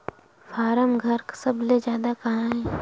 form घर सबले जादा कहां हे